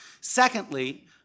Secondly